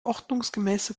ordnungsgemäße